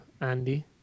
Andy